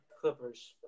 Clippers